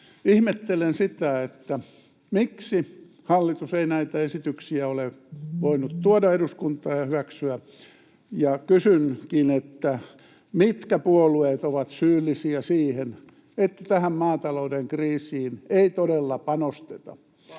Ihmettelen sitä, miksi hallitus ei näitä esityksiä ole voinut tuoda eduskuntaan ja hyväksyä. Kysynkin: mitkä puolueet ovat syyllisiä siihen, että tähän maatalouden kriisiin ei todella panosteta?